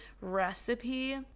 recipe